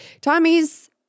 tommy's